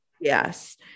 Yes